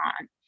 on